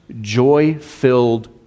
joy-filled